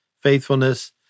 faithfulness